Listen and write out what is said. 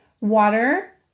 water